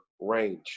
range